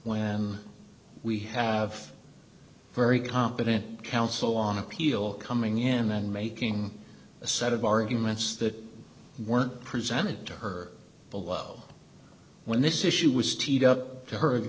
when we have very competent counsel on appeal coming in and making a set of arguments that weren't presented to her below when this issue was teed up to her